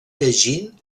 llegint